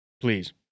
please